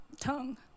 Tongue